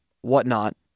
whatnot